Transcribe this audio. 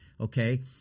okay